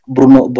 Bruno